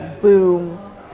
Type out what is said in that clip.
boom